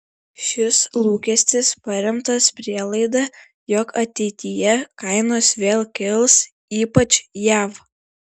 šis lūkestis paremtas prielaida jog ateityje kainos vėl kils ypač jav